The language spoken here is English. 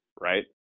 right